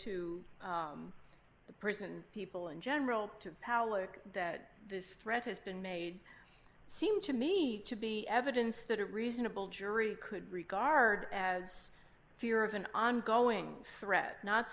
to the prison people in general to powlett that this threat has been made seem to me to be evidence that a reasonable jury could regard as fear of an ongoing threat not